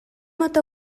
ата